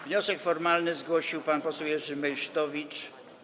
Wniosek formalny zgłosił pan poseł Jerzy Meysztowicz.